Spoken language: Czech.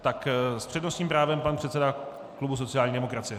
S přednostním právem pan předseda klubu sociální demokracie.